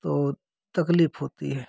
तो तकलीफ़ होती है